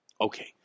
Okay